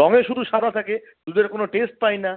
রঙে শুধু সাদা থাকে দুধের কোন টেস্ট পাই না